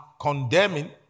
condemning